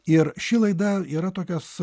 ir ši laida yra tokios